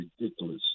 ridiculous